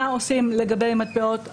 מה עושים לגבי מטבעות אחרים.